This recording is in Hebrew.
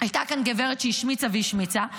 הייתה כאן גברת שהשמיצה והשמיצה.